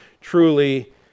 truly